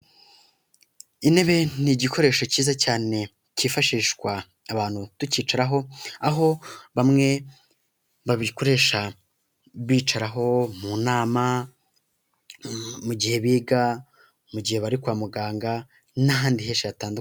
Intebe ni igikoresho cyiza cyane, cyifashishwa abantu tukicaraho, aho bamwe babikoresha bicaraho mu nama, mu gihe biga, mu gihe bari kwa muganga, n'ahandi henshi hatandukanye.